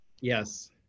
Yes